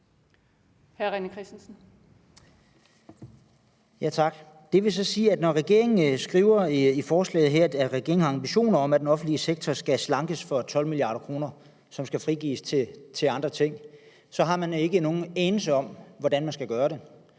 René Christensen (DF): Tak. Det vil så sige, at når regeringen skriver i forslaget her, at regeringen har en ambition om, at den offentlige sektor skal slankes for 12 mia. kr., som skal frigives til andre ting, så har man ikke nogen anelse om, hvordan man skal gøre det.